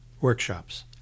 workshops